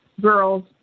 girls